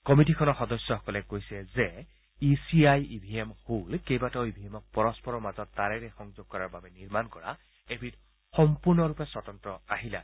কমিটিখনৰ সদস্যসকলে কৈছে যে ই চি আই ই ভি এমসমূহ হ'ল কেইবাটাও ই ভি এমক পৰস্পৰৰ মাজত তাঁৰেৰে সংযোগ কৰাৰ বাবে নিৰ্মাণ কৰা এবিধ সম্পূৰ্ণৰূপে স্বতন্ত্ৰ আহিলা